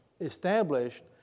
established